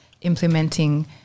implementing